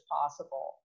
possible